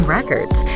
Records